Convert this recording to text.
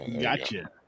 gotcha